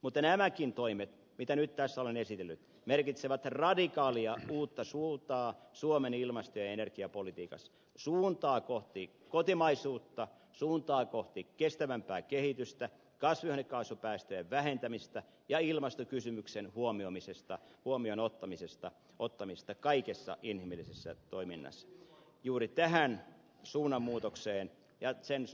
mutta nämäkin toimet mitä nyt tässä olen esitellyt merkitsevät radikaalia uutta suuntaa suomen ilmasto ja energiapolitiikassa suuntaa kohti kotimaisuutta suuntaa kohti kestävämpää kehitystä kasvihuonekaasupäästöjen vähentämistä ja ilmastokysymyksen huomioon ottamista kaikessa inhimillisessä toiminnassa juuri tähän suunnanmuutokseen ja itsensä